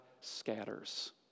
scatters